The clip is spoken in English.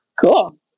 Cool